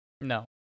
No